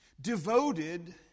devoted